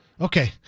Okay